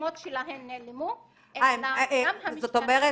השמות שלהן נעלמו -- זאת אומרת,